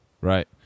Right